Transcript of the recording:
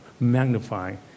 Magnifying